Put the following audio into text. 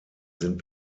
sind